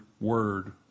word